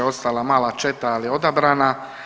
Ostala mala četa, ali odabrana.